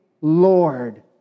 Lord